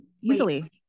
easily